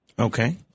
Okay